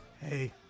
hey